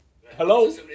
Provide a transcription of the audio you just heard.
Hello